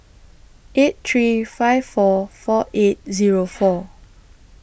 eight three five four four eight Zero four